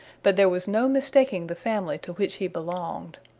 but there was no mistaking the family to which he belonged.